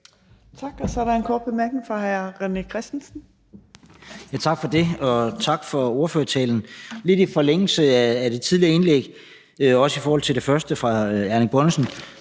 Tak, og så er der en kort bemærkning fra hr. René Christensen. Kl. 14:35 René Christensen (DF): Tak for det, og tak for ordførertalen. Lidt i forlængelse af det tidligere indlæg, og også i forhold til det første fra hr. Erling